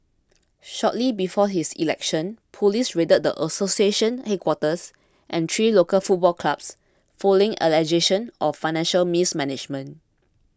shortly before his election police raided the association's headquarters and three local football clubs following allegations of financial mismanagement